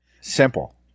simple